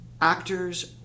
actors